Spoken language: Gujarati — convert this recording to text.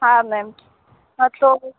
હા મેમ હા તો